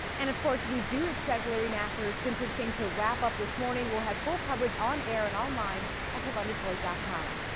and, of course, we do expect larry nassar's sentencing to wrap up this morning. we'll have full coverage on air and online at clickondetroit ah com.